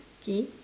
K